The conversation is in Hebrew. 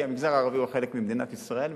כי המגזר הערבי הוא חלק ממדינת ישראל,